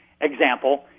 example